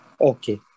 Okay